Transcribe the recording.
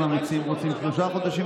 אם המציעים רוצים שלושה חודשים,